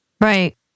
Right